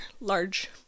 large